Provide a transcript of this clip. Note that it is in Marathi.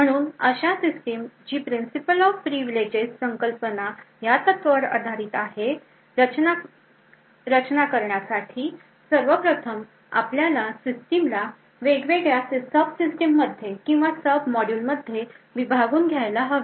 म्हणून अशा सिस्टीम जी Principle of privileges संकल्पना ह्या तत्वावर आधारित आहे रचना करण्यासाठी सर्वप्रथम आपल्याला सिस्टीमला वेगवेगळ्या सबसिस्टीम मध्ये किंवा सबमॉड्यूल मध्ये विभागून घ्यायला हवे